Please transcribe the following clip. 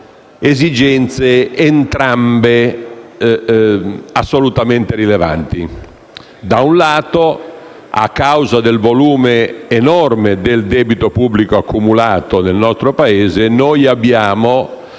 esigenze entrambe assolutamente rilevanti.